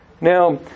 Now